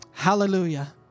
Hallelujah